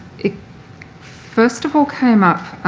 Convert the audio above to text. it first of all came up